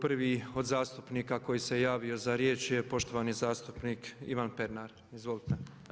Prvi od zastupnika koji se javio za riječ je poštovani zastupnik Ivan Pernar, izvolite.